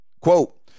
Quote